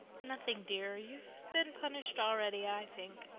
nothing, dear. you've been punished already, i think.